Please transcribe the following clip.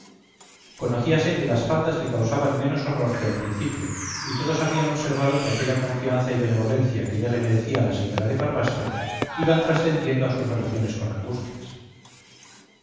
sentimientos conocíase que las faldas le causaban menos horror que al principio y todos habían observado que aquella confianza y benevolencia que ya le merecía la señora de barbastro iban trascendiendo a sus relaciones con angustias